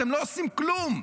אתם לא עושים כלום.